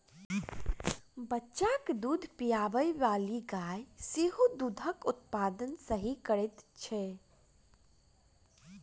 बच्चा के दूध पिआबैबाली गाय सेहो दूधक उत्पादन सही करैत छै